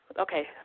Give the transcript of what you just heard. Okay